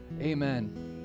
Amen